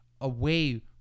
away